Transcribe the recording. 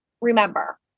remember